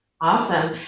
awesome